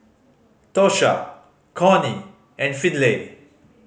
Tosha Cornie and Finley